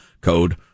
Code